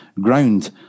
ground